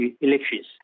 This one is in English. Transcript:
elections